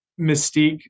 mystique